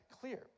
clear